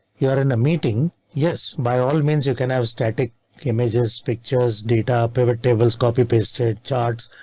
you are in a meeting, yes, by all means you can have static images, pictures, data, pivot tables, copy pasted charts.